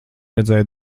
redzēju